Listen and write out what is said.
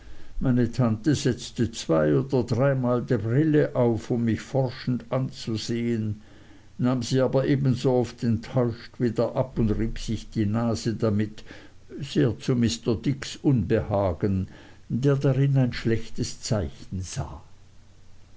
meine tante setzte zwei oder dreimal die brille auf um mich forschend anzusehen nahm sie aber ebenso oft enttäuscht wieder ab und rieb sich die nase damit sehr zu mr dicks unbehagen der darin ein schlechtes zeichen sah